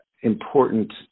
important